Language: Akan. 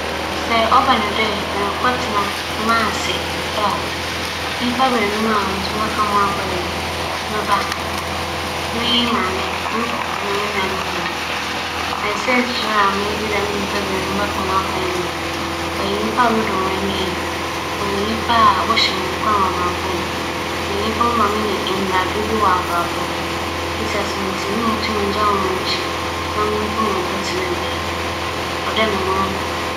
Nkyɛ meretsew mo dͻm wͻ wimu abͻdze a wͻfrɛ no "Mars'' do a, nkorͻfo enum a nkyɛ menye hͻn bͻkͻ nye m'awofo na mo nuanom ebiasa wͻka ho. Siantsir nye dɛ dɛm nkorͻfo yi yɛ nkorͻfo a wͻda m'akoma do yie ntsi mowͻ biribi yɛ a, hͻn na mebɛyɛ ama hͻn ntsi dɛm nkorͻfo yi na menye hͻn bͻkͻ.